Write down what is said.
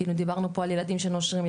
דיברנו פה על ילדים שנושרים,